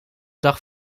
dag